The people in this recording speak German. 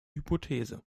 hypothese